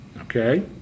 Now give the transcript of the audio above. Okay